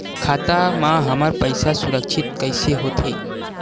खाता मा हमर पईसा सुरक्षित कइसे हो थे?